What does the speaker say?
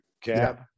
cab